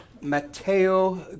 Mateo